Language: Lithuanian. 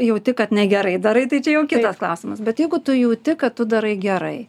jauti kad negerai darai tai čia jau kitas klausimas bet jeigu tu jauti kad tu darai gerai